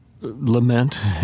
lament